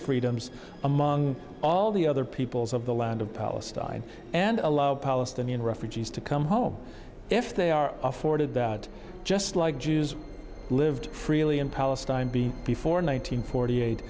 freedoms among all the other peoples of the land of palestine and allow palestinian refugees to come home if they are afforded that just like jews lived freely in palestine b before nine hundred forty eight